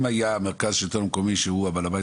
אם היה המרכז השלטון המקומי שהוא בעל הבית